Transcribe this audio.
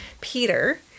Peter